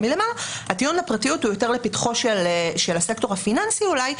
הטיעון לפרטיות הוא יותר לפתחו של הסקטור הפיננסי אולי,